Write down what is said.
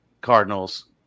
Cardinals